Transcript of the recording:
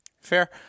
Fair